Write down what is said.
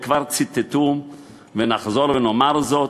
וכבר ציטטו ונחזור ונאמר זאת: